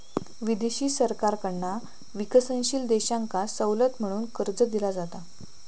विदेशी सरकारकडना विकसनशील देशांका सवलत म्हणून कर्ज दिला जाता